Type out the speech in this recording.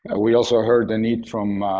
ah we also heard the need from